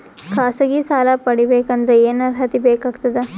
ಖಾಸಗಿ ಸಾಲ ಪಡಿಬೇಕಂದರ ಏನ್ ಅರ್ಹತಿ ಬೇಕಾಗತದ?